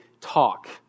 talk